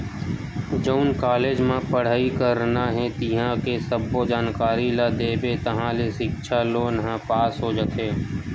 जउन कॉलेज म पड़हई करना हे तिंहा के सब्बो जानकारी ल देबे ताहाँले सिक्छा लोन ह पास हो जाथे